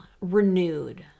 renewed